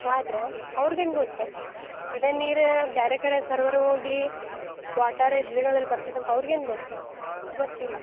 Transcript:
ಆದ್ರೆ ಅವ್ರ್ಗೇನು ಗೊತ್ತು ಇದಾ ನೀರು ಬ್ಯಾರೆ ಕಡೆ ಸರ್ವರು ಹೋಗಿ ವಾಟರ್ ಇದ್ದದ್ಗಳಲ್ಲಿ ಬರ್ತಿದಂಥ ಅವ್ರ್ಗೇನು ಗೊತ್ತು ಗೊತ್ತಿಲ್ಲ